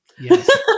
Yes